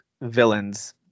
villains